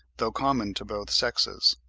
though common to both sexes.